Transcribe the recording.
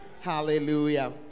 hallelujah